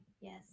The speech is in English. Yes